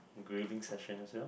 grilling session as well